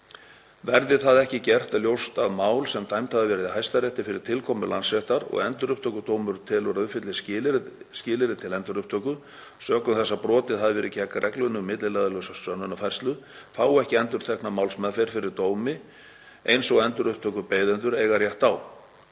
Verði það ekki gert er ljóst að mál sem dæmd hafa verið í Hæstarétti fyrir tilkomu Landsréttar og Endurupptökudómur telur að uppfylli skilyrði til endurupptöku, sökum þess að brotið hafi verið gegn reglunni um milliliðalausa sönnunarfærslu, fá ekki endurtekna málsmeðferð fyrir dómi eins og endurupptökubeiðendur eiga rétt á.